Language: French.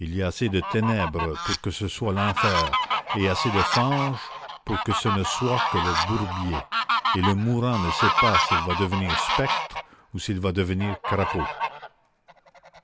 il y a assez de ténèbres pour que ce soit l'enfer et assez de fange pour que ce ne soit que le bourbier et le mourant ne sait pas s'il va devenir spectre ou s'il va devenir crapaud